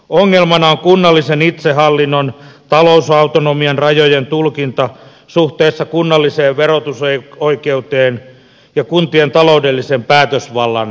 ongelmana on kunnallisen itsehallinnon talousautonomian rajojen tulkinta suhteessa kunnalliseen verotusoikeuteen ja kuntien taloudellisen päätösvallan turvaamiseen